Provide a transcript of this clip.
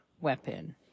weapon